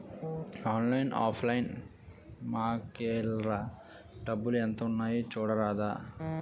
ఆన్లైన్లో offline మాకేఏల్రా డబ్బులు ఎంత ఉన్నాయి చూడరాదా